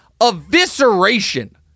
evisceration